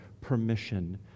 permission